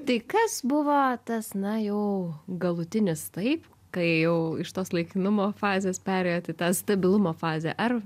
tai kas buvo tas na jau galutinis taip kai jau iš tos laikinumo fazės perėjot į tą stabilumo fazę ar